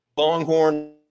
Longhorn